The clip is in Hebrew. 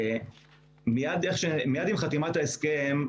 מיד עם חתימת ההסכם,